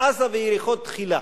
"עזה ויריחו תחילה".